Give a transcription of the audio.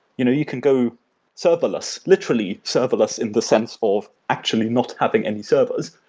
you know you can go serverless, literally serverless in the sense of actually not having any servers,